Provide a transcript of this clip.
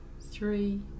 three